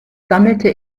sammelte